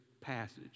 passage